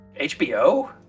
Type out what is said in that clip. HBO